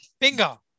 Bingo